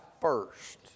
first